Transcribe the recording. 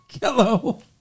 Hello